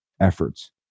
efforts